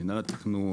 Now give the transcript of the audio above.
מינהל התכנון,